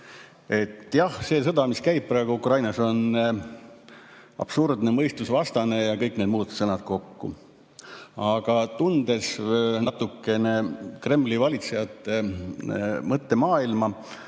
see sõda, mis käib praegu Ukrainas, on absurdne, mõistusvastane ja kõik need muud sõnad kokku. Aga tundes natukene Kremli valitsejate mõttemaailma